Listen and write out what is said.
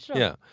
yeah.